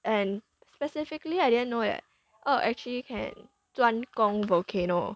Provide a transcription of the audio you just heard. and specifically I didn't know that oh actually can 专供:zhaun gong volcano